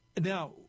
Now